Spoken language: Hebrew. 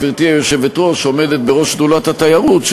גברתי היושבת-ראש עומדת בראש שדולת התיירות,